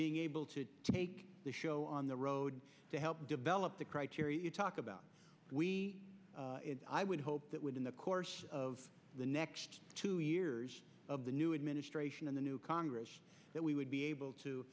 being able to take the show on the road to help develop the criteria you talk about we i would hope that within the course of the next two years of the new administration in the new congress that we would be able to